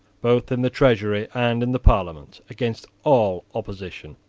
both in the treasury and in the parliament, against all opposition.